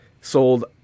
sold